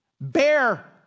Bear